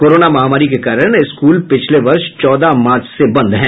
corona महामारी के कारण स्कूल पिछले वर्ष चौदह मार्च से बंद हैं